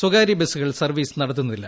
സ്വാകാര്യബസുകൾ service നടത്തുന്നില്ല